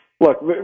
look